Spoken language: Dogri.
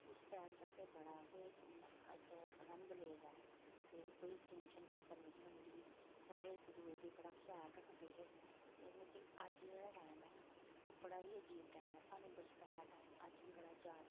उस टैम च असें बड़ा गै इक मतलब इक आंनद लेदा ऐ ते कोई टैंशन फ़िक्र नेईं ही होंदी सारे इक दुए दी बड़ा ख्याल रखदे हे ते लेकिन अज्ज जेह्ड़ा टाइम ऐ नां ओह् बड़ा ही अजीब टाइम ऐ सानूं बचपन दा टाइम अज्ज बी बड़ा याद आंदा ऐ